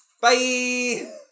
Bye